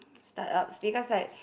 start up because like